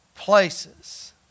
Places